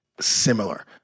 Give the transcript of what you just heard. similar